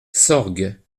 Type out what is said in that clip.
sorgues